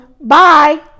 Bye